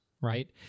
right